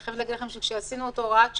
אני חייבת להגיד לכם שכאשר קבענו את הוראת השעה,